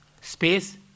space